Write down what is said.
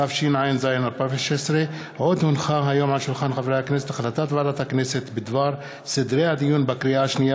התשע"ז 2016. החלטת ועדת הכנסת בדבר סדרי הדיון בקריאה שנייה